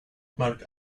mark